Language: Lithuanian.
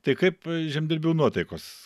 tai kaip žemdirbių nuotaikos